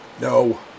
No